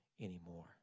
anymore